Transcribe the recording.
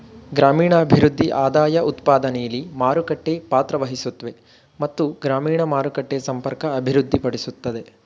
ಗ್ರಾಮೀಣಭಿವೃದ್ಧಿ ಆದಾಯಉತ್ಪಾದನೆಲಿ ಮಾರುಕಟ್ಟೆ ಪಾತ್ರವಹಿಸುತ್ವೆ ಮತ್ತು ಗ್ರಾಮೀಣ ಮಾರುಕಟ್ಟೆ ಸಂಪರ್ಕ ಅಭಿವೃದ್ಧಿಪಡಿಸ್ತದೆ